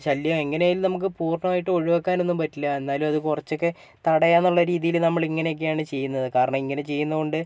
ശല്യം എങ്ങനെയെങ്കിലും നമുക്ക് പൂർണ്ണമായിട്ട് ഒഴിവാക്കാനൊന്നും പറ്റില്ല എന്നാലും അത് കുറച്ചൊക്കെ തടയാൻ എന്നുള്ള രീതിയിൽ നമ്മൾ ഇങ്ങനെയൊക്കെയാണ് ചെയ്യുന്നത് കാരണം ഇങ്ങനെ ചെയ്യുന്നതുകൊണ്ട്